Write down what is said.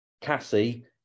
Cassie